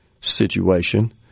situation